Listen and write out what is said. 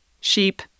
sheep